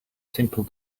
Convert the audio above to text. simple